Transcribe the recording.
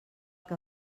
que